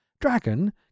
Dragon